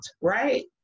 right